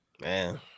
Man